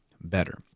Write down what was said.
better